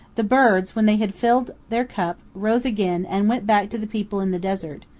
the birds, when they had filled their cup, rose again and went back to the people in the desert,